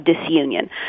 disunion